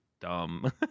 dumb